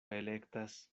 elektas